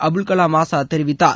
அபுல்கலாம் ஆஸாத் தெரிவித்தார்